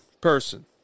person